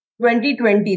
2020